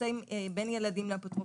יחסים בין ילדים לבין אפוטרופוסים,